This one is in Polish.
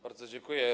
Bardzo dziękuję.